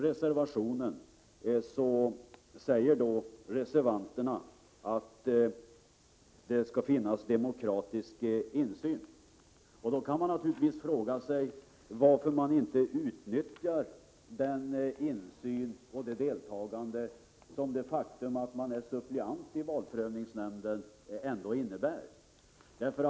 Reservanterna säger att det skall finnas demokratisk insyn. Man kan fråga sig varför inte suppleanterna i valpröv ningsnämnden utnyttjar sin rätt att delta i sammanträdena och få insyn. Vi — Prot.